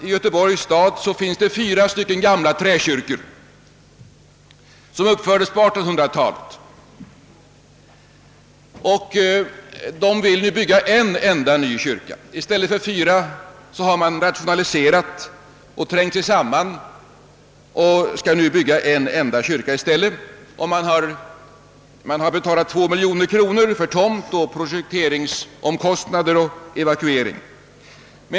I Göteborgs stad finns det fyra gamla träkyrkor som uppfördes på 1800-talet. Man vill nu bygga en enda ny kyrka; det anses rationellt att på det sättet få en kyrka i stället för de fyra gamla. Man har betalat 2 miljoner kronor för tomt, för projekteringskostnader och evakuering.